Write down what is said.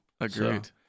Agreed